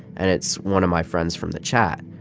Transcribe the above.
and it's one of my friends from the chat,